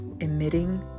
emitting